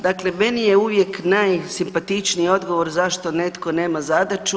Dakle, meni je uvijek najsimpatičniji odgovor zašto netko nema zadaću.